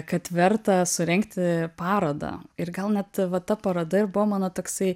kad verta surengti parodą ir gal net va ta paroda ir buvo mano toksai